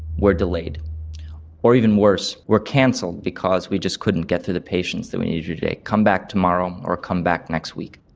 we're delayed or even worse, we're cancelled because we just couldn't get through the patients that we needed to today, come back tomorrow um or come back next week.